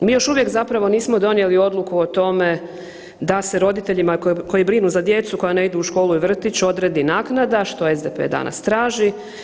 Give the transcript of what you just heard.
Mi još uvijek zapravo nismo donijeli odluku o tome da se roditeljima koji brinu za djecu koja ne idu u školu i vrtić odredi naknada što SDP danas traži.